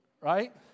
right